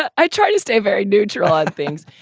i try to stay very neutral of things.